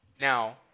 Now